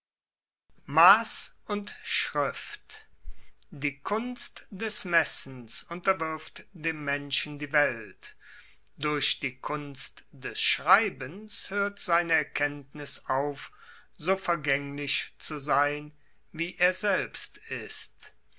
mass und schrift die kunst des messens unterwirft dem menschen die welt durch die kunst des schreibens hoert seine erkenntnis auf so vergaenglich zu sein wie er selbst ist